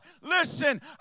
Listen